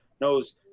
knows